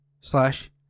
slash